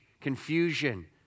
confusion